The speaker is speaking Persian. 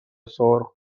سرخ